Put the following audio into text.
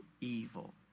evil